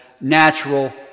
natural